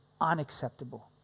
unacceptable